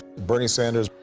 bernie sanders,